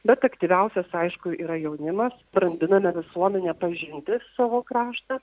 bet aktyviausias aišku yra jaunimas brandiname visuomenę pažinti savo kraštą